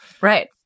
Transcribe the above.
right